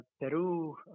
Peru